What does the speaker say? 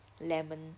lemon